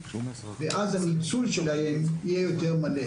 ואז הניצול שלהם יהיה יותר מלא.